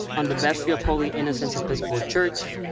on the vestry of holy innocents episcopal church,